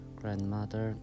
grandmother